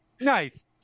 Nice